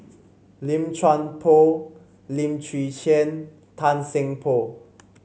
Lim Chuan Poh Lim Chwee Chian Tan Seng Poh